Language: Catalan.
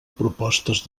propostes